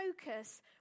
focus